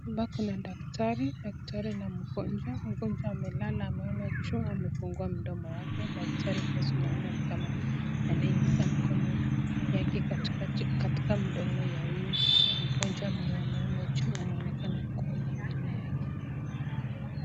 Hapa kuna daktari. Daktari na mgonjwa, mgonjwa amelala ameona juu amefungua mdomo wake, daktari pia tunaona anaingiza mkono yake katika mdomo ya huyu mgonjwa ameona juu, anaonekana kuona meno yake.